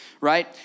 right